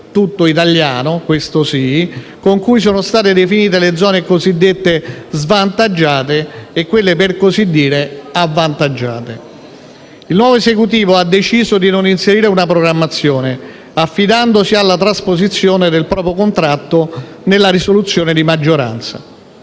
tutto italiano - questo sì - con cui sono state definite le zone cosiddette svantaggiate e quelle, per così dire, avvantaggiate. Il nuovo Esecutivo ha deciso di non inserire una programmazione, affidandosi alla trasposizione del proprio contratto nella risoluzione di maggioranza.